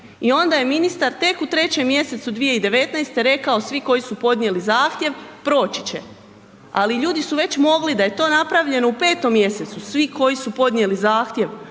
i onda je ministar tek u 3. mj. 2019. rekao svi koji su podnijeli zahtjev proći će. Ali ljudi su već mogli, da je to napravljeno u 5. mj., svi koji su podnijeli zahtjev,